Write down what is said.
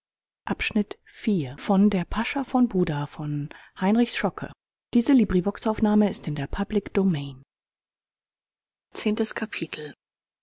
der pascha von buda